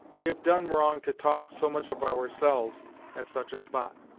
we have done wrong to talk so much of ourselves at such a spot,